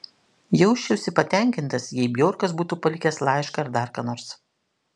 jausčiausi patenkintas jei bjorkas būtų palikęs laišką ar dar ką nors